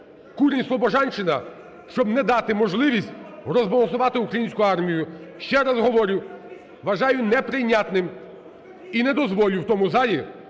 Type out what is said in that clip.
курені Слобожанщини, щоб не дати можливість розбалансувати українську армію. Ще раз говорю, вважаю неприйнятним, і не дозволю в тому залі